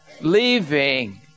leaving